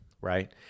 right